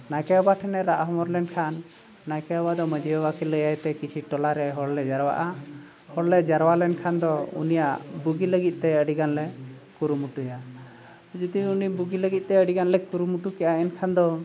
ᱱᱟᱭᱠᱮ ᱵᱟᱵᱟ ᱴᱷᱮᱱᱮ ᱨᱟᱜ ᱦᱚᱢᱚᱨ ᱞᱮᱱᱠᱷᱟᱱ ᱱᱟᱭᱠᱮ ᱵᱟᱵᱟ ᱫᱚ ᱢᱟᱺᱡᱷᱤ ᱵᱟᱵᱟ ᱠᱤ ᱞᱟᱹᱭᱟᱭᱼᱛᱮ ᱠᱤᱪᱷᱩ ᱴᱚᱞᱟᱨᱮ ᱦᱚᱲᱞᱮ ᱡᱟᱣᱨᱟᱜᱼᱟ ᱦᱚᱲᱞᱮ ᱡᱟᱣᱨᱟ ᱞᱮᱱᱠᱷᱟᱱ ᱫᱚ ᱩᱱᱤᱭᱟᱜ ᱵᱩᱜᱤ ᱞᱟᱹᱜᱤᱫᱼᱛᱮ ᱟᱹᱰᱤᱜᱟᱱᱼᱞᱮ ᱠᱩᱨᱩᱢᱩᱴᱩᱭᱟ ᱡᱩᱫᱤ ᱩᱱᱤ ᱵᱩᱜᱤ ᱞᱟᱹᱜᱤᱫᱼᱛᱮ ᱟᱹᱰᱤᱜᱟᱱᱼᱞᱮ ᱠᱩᱨᱩᱢᱩᱴᱩ ᱠᱮᱫᱟ ᱮᱱᱠᱷᱟᱱ ᱫᱚ